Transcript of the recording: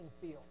field